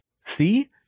see